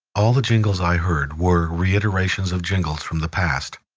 all the jingles i heard were reiterations of jingles from the past.